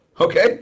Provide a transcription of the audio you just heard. okay